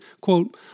quote